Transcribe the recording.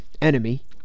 Enemy